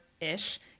ish